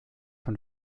von